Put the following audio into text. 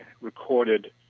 recorded